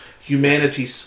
humanity